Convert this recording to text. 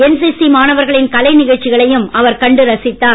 NCC மாணவர்களின் பல்வேறு கலை நிகழ்ச்சிகளையும் அவர் கண்டு ரசித்தார்